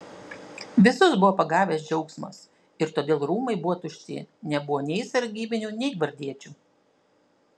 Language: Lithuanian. visus buvo pagavęs džiaugsmas ir todėl rūmai buvo tušti nebuvo nei sargybinių nei gvardiečių